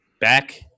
back